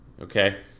okay